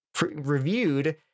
reviewed